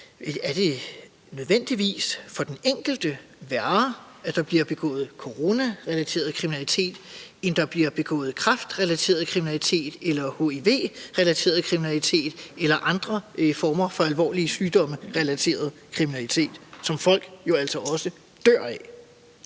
om det nødvendigvis for den enkelte er værre, at der bliver begået coronarelateret kriminalitet, end der bliver begået kræftrelateret kriminalitet eller hiv-relateret kriminalitet eller andre former for alvorlig sygdomsrelateret kriminalitet, som folk jo altså også dør af.